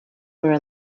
were